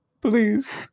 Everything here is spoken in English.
Please